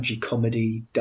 comedy